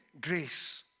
grace